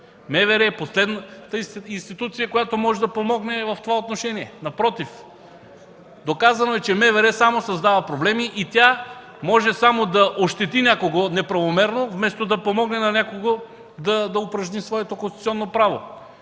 е последната институция, която може да помогне в това отношение. Напротив, доказано е, че МВР само създава проблеми и то може само да ощети някого неправомерно, вместо да помогне на някого да упражни своето конституционно право.